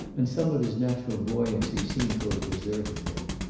and some of his natural buoyancy seemed to have deserted him.